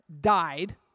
died